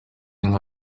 nka